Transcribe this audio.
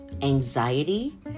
anxiety